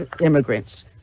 immigrants